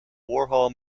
warhol